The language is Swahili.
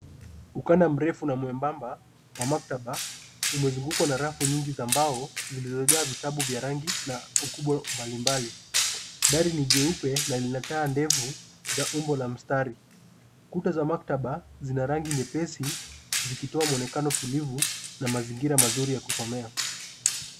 Ukanda mrefu na mwembamba wa maktaba umezungukwa na rafu nyingi za mbao zilizojaa vitabu vya rangi na ukubwa mbalimbali. Dari ni jeupe na lina taa ndefu za umbo la mstari. Kuta za maktaba zina rangi nyepesi zikitoa mwonekano tulivu na mazingira mazuri ya kusomea.